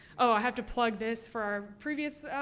oh, i have to plug this for our previous